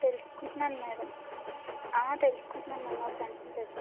తెలుసుకుంటున్నాను madam తెలుసుకుంటున్నాను madam మా ఫ్రెండ్స్ని తెలుసుకుని